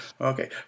Okay